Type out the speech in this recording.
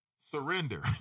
Surrender